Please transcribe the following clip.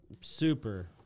Super